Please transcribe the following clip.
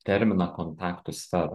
terminą kontaktų sfera